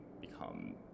become